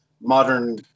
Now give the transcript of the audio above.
modern